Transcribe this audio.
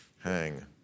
hang